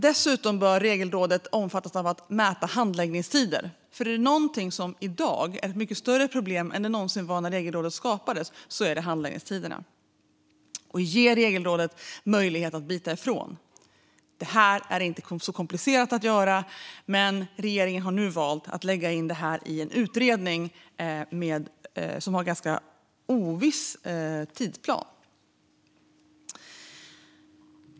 Dessutom bör Regelrådet omfattas av att mäta handläggningstider. För är det någonting som i dag är ett mycket större problem än det någonsin var när Regelrådet skapades, så är det handläggningstiderna. Och man måste ge Regelrådet möjlighet att bita ifrån. Det är inte så komplicerat att göra, men regeringen har nu valt att lägga in detta i en utredning som har en ganska oviss tidsplan.